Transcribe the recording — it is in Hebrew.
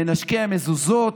מנשקי המזוזות,